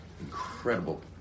incredible